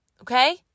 Okay